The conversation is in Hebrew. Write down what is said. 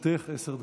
לרשותך עשר דקות.